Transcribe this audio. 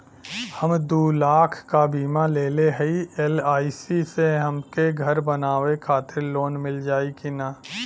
हम दूलाख क बीमा लेले हई एल.आई.सी से हमके घर बनवावे खातिर लोन मिल जाई कि ना?